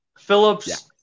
Phillips